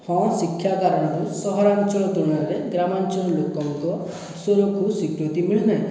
ହଁ ଶିକ୍ଷା କାରଣରୁ ସହରାଞ୍ଚଳ ତୁଳନାରେ ଗ୍ରାମାଞ୍ଚଳ ଲୋକଙ୍କ ସ୍ଵରକୁ ସ୍ୱୀକୃତି ମିଳୁନାହିଁ